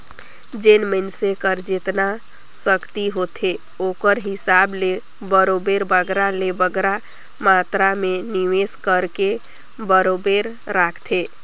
जेन मइनसे कर जेतना सक्ति होथे ओकर हिसाब ले बरोबेर बगरा ले बगरा मातरा में निवेस कइरके बरोबेर राखथे